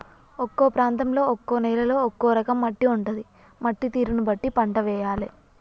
ఒక్కో ప్రాంతంలో ఒక్కో నేలలో ఒక్కో రకం మట్టి ఉంటది, మట్టి తీరును బట్టి పంట వేయాలే